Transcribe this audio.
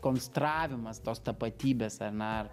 konstravimas tos tapatybės ar ne